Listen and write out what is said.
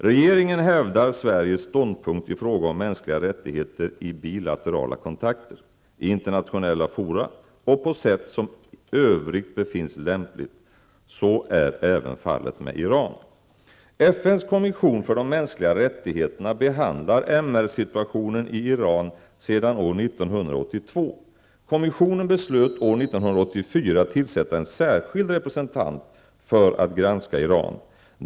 Regeringen hävdar Sveriges ståndpunkt i fråga om mänskliga rättigheter i bilaterala kontakter, i internationella fora och på sätt som övrigt befinns lämpligt. Så är även fallet med Iran. FNs kommission för de mänskliga rättigheterna behandlar MR-situationen i Iran sedan år 1982. Kommissionen beslöt år 1984 att tillsätta en särskild representant för att granska Iran.